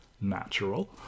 natural